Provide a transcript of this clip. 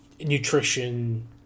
nutrition